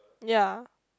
yeah